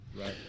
Right